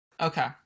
Okay